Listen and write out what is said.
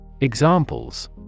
Examples